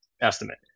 estimate